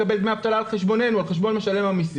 הם יחזרו לקבל דמי אבטלה על חשבון משלמי המסים.